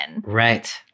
Right